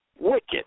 wicked